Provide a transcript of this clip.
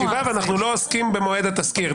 ועסקים במועד התסקיר.